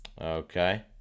Okay